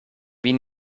wie